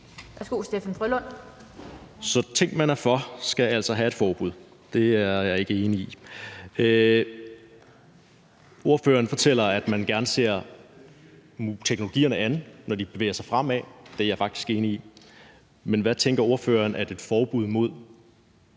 at ting, man er for, skal der være forbud mod. Det er jeg ikke enig i. Ordføreren fortæller, at man gerne ser teknologierne an, når de bevæger sig fremad, og det er jeg faktisk enig i at man skal gøre, men hvad tænker ordføreren at et forbud mod